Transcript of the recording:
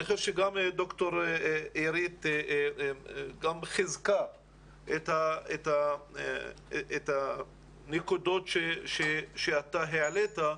אני חושב שד"ר עירית חיזקה את הנקודות שאתה העלית,